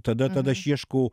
tada tada aš ieškau